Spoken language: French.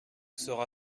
sera